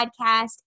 podcast